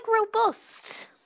robust